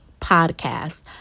Podcast